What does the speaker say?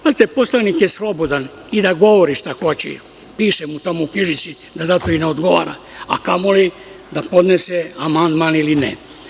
Znate, poslanik je slobodan i da govori šta hoće, piše mu tamo u knjižici da za to i ne odgovara, a kamoli da podnese amandman ili ne.